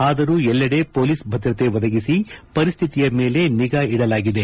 ಆದರೂ ಎಲ್ಲೆಡೆ ಪೊಲೀಸ್ ಭದ್ರತೆ ಒದಗಿಸಿ ಪರಿಸ್ಥಿತಿಯ ಮೇಲೆ ನಿಗಾ ಇಡಲಾಗಿದೆ